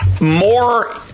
more